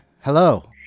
hello